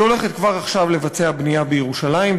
היא הולכת כבר עכשיו לבצע בנייה בירושלים,